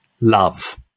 Love